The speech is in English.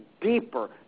deeper